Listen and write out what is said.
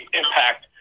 impact